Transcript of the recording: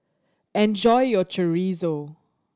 enjoy your Chorizo